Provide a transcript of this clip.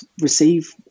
receive